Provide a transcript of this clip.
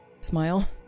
smile